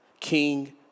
King